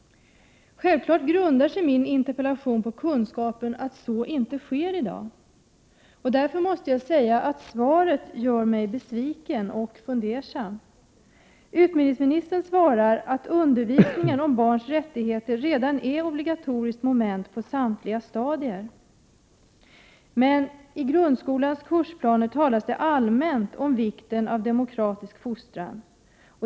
Självklart grundar sig min interpellation på kunskapen om att så inte sker i dag. Därför måste jag säga att svaret gör mig besviken och fundersam. Statsrådet svarar att undervisningen om barns rättigheter redan är ett obligatoriskt moment på samtliga stadier. Men i grundskolans kursplaner talas det allmänt om vikten av demokratisk fostran.